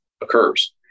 occurs